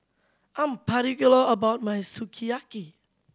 I'm particular about my Sukiyaki